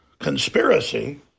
conspiracy